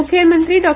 मुख्यमंत्री डॉ